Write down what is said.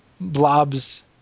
blobs